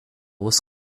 was